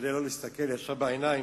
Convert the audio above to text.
כדי לא להסתכל ישר בעיניים,